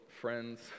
friends